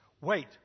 Wait